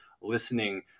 listening